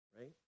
right